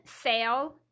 sale